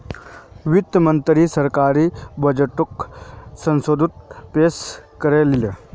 वित्त मंत्री सरकारी बजटोक संसदोत पेश कर ले